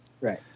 Right